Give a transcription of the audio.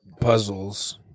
puzzles